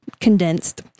condensed